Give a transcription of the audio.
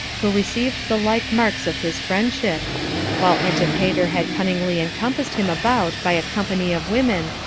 who received the like marks of his friendship while antipater had cunningly encompassed him about by a company of women,